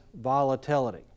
volatility